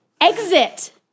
exit